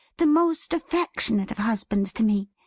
the most affectionate of husbands to me.